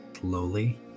Slowly